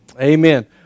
amen